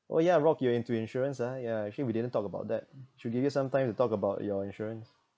oh ya rock you're into insurance ah yeah actually we didn't talk about that should give you some time to talk about your insurance